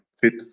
fit